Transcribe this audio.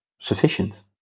sufficient